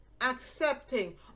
accepting